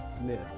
Smith